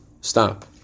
stop